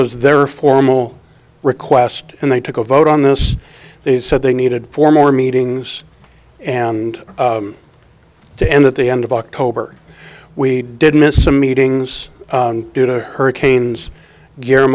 was their formal request and they took a vote on this they said they needed four more meetings and to end at the end of october we did miss some meetings due to hurricanes g